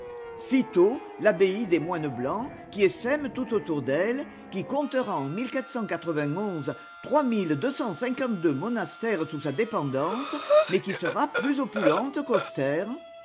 cîteaux l'abbaye des moines blancs qui essaime tout autour d'elle qui comptera en monastères sous sa dépendance mais qui sera plus opulente